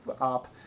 up